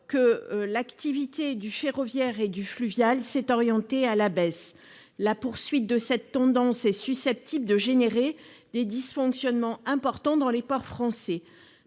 que l'activité ferroviaire et fluviale est orientée à la baisse. La poursuite de cette tendance est susceptible d'entraîner de graves dysfonctionnements dans les ports français.